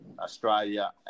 Australia